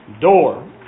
door